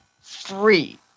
free